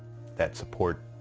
that support